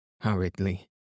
hurriedly